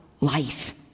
life